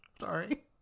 Sorry